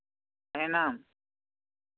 ᱛᱟᱦᱮᱸᱱᱟᱢ